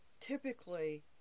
Typically